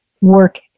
work